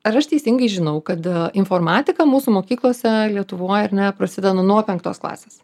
ar aš teisingai žinau kad informatika mūsų mokyklose lietuvoj ar ne prasideda nuo penktos klasės